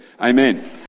Amen